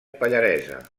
pallaresa